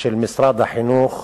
של משרד החינוך,